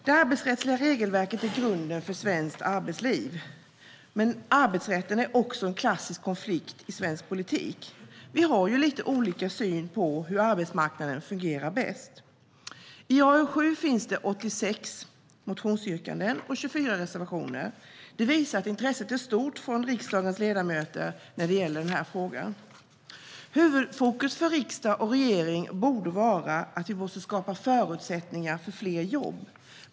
Det arbetsrättsliga regelverket är grunden för svenskt arbetsliv, men arbetsrätten är också en klassisk konflikt i svensk politik. Vi har ju lite olika syn på hur arbetsmarknaden fungerar bäst. I AU7 finns det 86 motionsyrkanden och 24 reservationer, vilket visar att intresset är stort från riksdagens ledamöter när det gäller den här frågan. Huvudfokus för riksdag och regering borde vara att vi måste skapa förutsättningar för fler jobb.